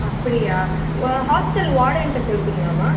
அப்படியா உங்கள் ஹாஸ்ட்டல் வார்டன்கிட்ட சொல்லிட்டீங்களாம்மா